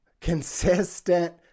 consistent